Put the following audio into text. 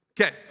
Okay